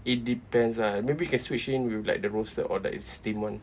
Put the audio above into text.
it depends ah maybe can switch in with like the roasted or like the steam one